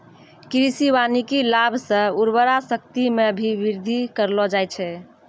कृषि वानिकी लाभ से उर्वरा शक्ति मे भी बृद्धि करलो जाय छै